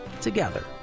together